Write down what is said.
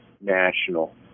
national